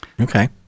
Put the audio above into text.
Okay